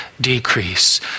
decrease